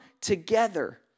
together